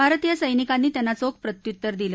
भारतीय सैनिकांनी त्यांना चोख प्रत्युत्तर दिलं